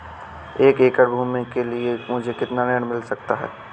एक एकड़ भूमि के लिए मुझे कितना ऋण मिल सकता है?